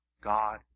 God